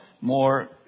more